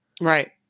Right